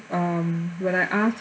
um when I asked